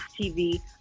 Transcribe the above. TV